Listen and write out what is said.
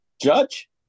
Judge